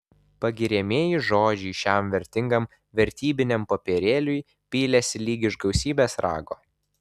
pagiriamieji žodžiai šiam vertingam vertybiniam popierėliui pylėsi lyg iš gausybės rago